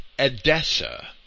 Edessa